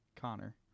Connor